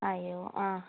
അയ്യോ ആ